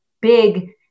big